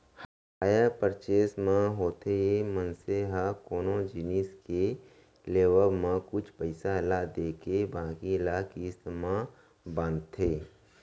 hire purchase म होथे ये मनसे ह कोनो जिनिस के लेवब म कुछ पइसा ल देके बाकी ल किस्ती म बंधाथे